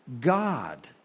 God